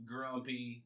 Grumpy